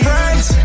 Friends